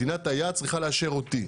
מדינת היעד צריכה לאשר אותי.